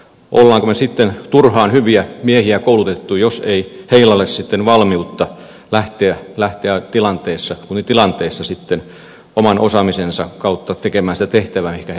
olemmeko me sitten turhaan hyviä miehiä kouluttaneet jos ei heillä ole valmiutta lähteä tilanteessa kuin tilanteessa oman osaamisensa kautta tekemään sitä tehtävää mihin heidät on määrätty